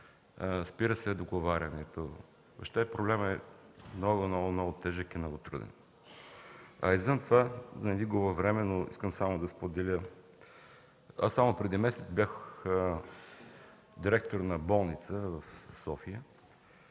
спира се договарянето. Въобще проблемът е много, много тежък и труден. А извън това, да не Ви губя времето, но искам да споделя. Аз само преди месец бях директор на болница в София